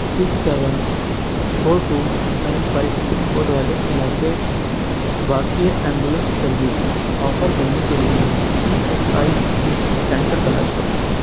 six seven four two nine five pin code والے علاقے واقع ایمبولینس سروس آفر کرنے والے E S I C centre تلاش کرو